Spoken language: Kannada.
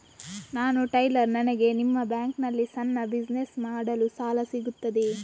ನಾನು ಟೈಲರ್, ನನಗೆ ನಿಮ್ಮ ಬ್ಯಾಂಕ್ ನಲ್ಲಿ ಸಣ್ಣ ಬಿಸಿನೆಸ್ ಮಾಡಲು ಸಾಲ ಸಿಗುತ್ತದೆಯೇ?